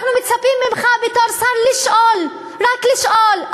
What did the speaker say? אנחנו מצפים ממך בתור שר לשאול, רק לשאול.